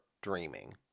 dreaming